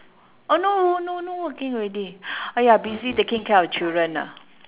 oh no no no no working already !aiya! busy taking care of children ah